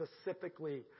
specifically